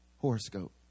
Horoscope